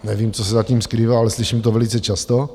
Nevím, co se za tím skrývá, ale slyším to velice často.